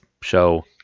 show